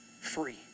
free